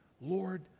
Lord